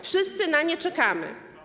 Wszyscy na nie czekamy.